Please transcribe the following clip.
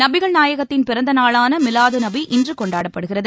நபிகள் நாயகத்தின் பிறந்த நாளான மீலாது நபி இன்று கொண்டாடப்படுகிறது